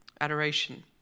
Adoration